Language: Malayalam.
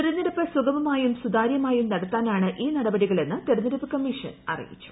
തെരഞ്ഞെടുപ്പ് സുഗമമായും സുതാര്യമായും നടത്താനാണ് ഈ നടപടികളെന്ന് തെരഞ്ഞെടുപ്പ് കമ്മീഷൻ അറിയിച്ചു